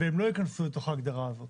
והם לא ייכנסו לתוך ההגדרה הזאת.